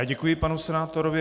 Děkuji panu senátorovi.